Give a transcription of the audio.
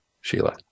Sheila